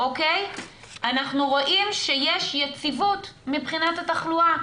אנחנו רואים שיש יציבות מבחינת התחלואה,